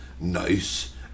Nice